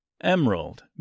Emerald